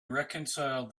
reconcile